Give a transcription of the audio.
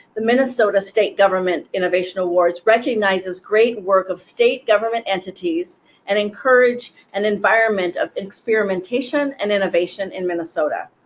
the minnesota state government innovation awards recognizes great work of state government entities and encourage an environment of experimentation and innovation in minnesota.